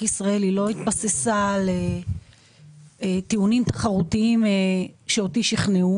ישראל היא לא התבססה על טיעונים תחרותיים שאותי שכנעו